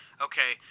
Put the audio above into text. Okay